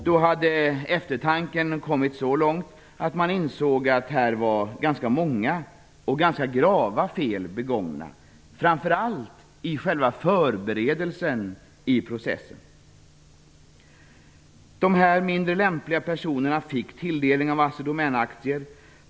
Då hade eftertanken kommit så långt att han insåg att ganska många och ganska grava fel hade begåtts, framför allt i själva förberedelsen för processen. Assi Domän-aktier.